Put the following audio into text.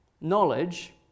knowledge